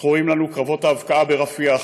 זכורים לנו קרבות ההבקעה ברפיח